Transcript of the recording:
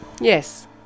Yes